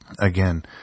again